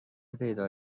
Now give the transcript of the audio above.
پیدا